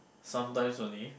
sometimes only